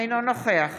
אינו נוכח